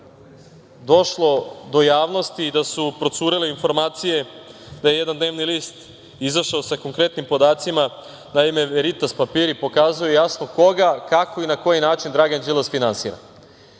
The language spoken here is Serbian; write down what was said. subotu došlo do javnosti da su procurele informacije da je jedan dnevni list izašao sa konkretnim podacima. Naime veritas papiri pokazuju jasno koga, kako i na koji način Dragan Đilas finansira.